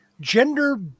gender